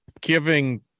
giving